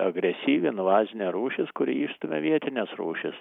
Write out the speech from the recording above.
agresyvi invazinė rūšis kuri išstumia vietines rūšis